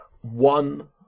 one